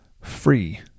free